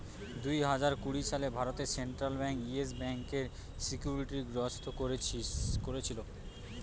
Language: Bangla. দুই হাজার কুড়ি সালে ভারতে সেন্ট্রাল বেঙ্ক ইয়েস ব্যাংকার সিকিউরিটি গ্রস্ত কোরেছিল